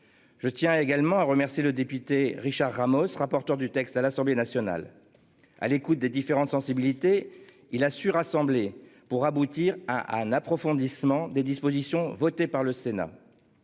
Je tiens également à remercier le député Richard Ramos, rapporteur du texte à l'Assemblée nationale à l'écoute des différentes sensibilités. Il a su rassembler pour aboutir à un approfondissement des dispositions votées par le Sénat.